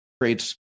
creates